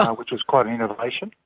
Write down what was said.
which was quite an innovation.